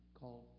called